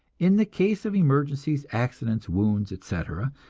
in the case of emergencies, accidents, wounds, etc,